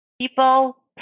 People